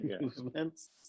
movements